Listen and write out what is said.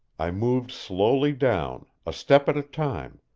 i moved slowly down, a step at a time,